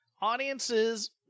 audiences